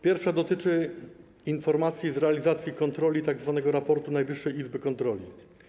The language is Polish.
Pierwsza dotyczy informacji o realizacji kontroli, tzw. raportu Najwyższej Izby Kontroli.